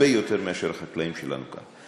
הרבה יותר מאשר החקלאים שלנו כאן.